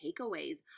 takeaways